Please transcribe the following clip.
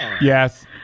Yes